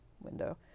window